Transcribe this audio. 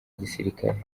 gisirikare